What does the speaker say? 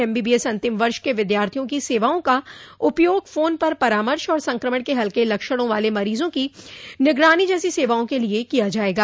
M B B S अंतिम वर्ष के विद्यार्थियों की सेवाओं का उपयोग फोन पर परामर्श और संक्रमण के हल्के लक्षणों वाले मरीजों की निगरानी जैसी सेवाओं के लिए किए जाएगा